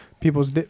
people's